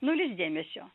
nulis dėmesio